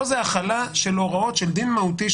פה זו החלה של הוראות של דין מהותי,